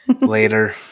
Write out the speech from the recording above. later